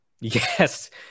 Yes